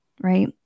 Right